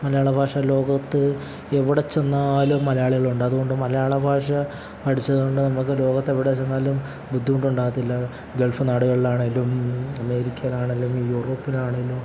മലയാള ഭാഷ ലോകത്ത് എവിടെ ചെന്നാലും മലയാളികളുണ്ട് അതുകൊണ്ട് മലയാളഭാഷ പഠിച്ചതുകൊണ്ട് നമുക്ക് ലോകത്തെവിടെ ചെന്നാലും ബുദ്ധിമുട്ടുണ്ടാകത്തില്ല ഗൾഫ് നാടുകളിലാണെങ്കിലും അമേരിക്കയിലാണെങ്കിലും യൂറോപ്പിലാണെങ്കിലും